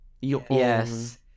Yes